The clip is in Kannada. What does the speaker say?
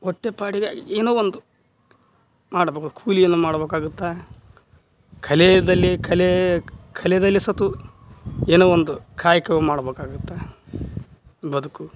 ಹೊಟ್ಟೆಪಾಡಿಗಾಗಿ ಏನೋ ಒಂದು ಮಾಡಬೇಕು ಕೂಲಿಯನ್ನು ಮಾಡ್ಬೇಕಾಗುತ್ತೆ ಕಲೆಯಲ್ಲಿ ಕಲೆ ಕಲೆಯಲ್ಲಿ ಸತು ಏನೋ ಒಂದು ಕಾಯಕವ ಮಾಡ್ಬೇಕಾಗುತ್ತೆ ಬದುಕು